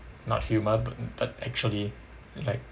not humour but but actually like